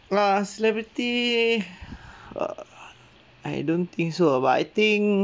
plus celebrity uh I don't think so but I think